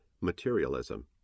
Materialism